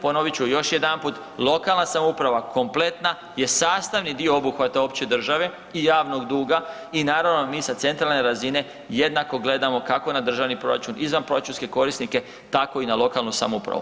Ponovit ću još jedanput lokalna samouprava kompletna je sastavni dio obuhvaća opće države i javnog duga i naravno mi sa centralne razine jednako gledamo kako na državni proračun, izvanproračunske korisnike tako i na lokalnu samoupravu.